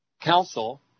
council